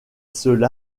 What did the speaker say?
cela